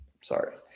Sorry